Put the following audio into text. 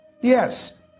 Yes